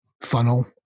funnel